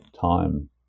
time